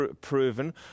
proven